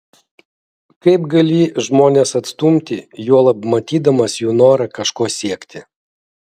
kaip gali žmones atstumti juolab matydamas jų norą kažko siekti